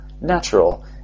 natural